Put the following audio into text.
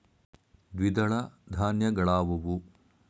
ದ್ವಿದಳ ಧಾನ್ಯಗಳಾವುವು?